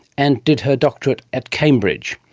and did her doctorate at cambridge.